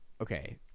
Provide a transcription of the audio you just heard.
okay